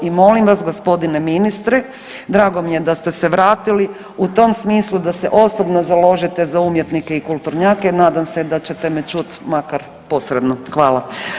I molim vas gospodine ministre, drago mi je da ste se vratili, u tom smislu da se osobno založite za umjetnike i kulturnjake jer nadam se da ćete me čuti makar posredno, hvala.